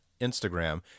Instagram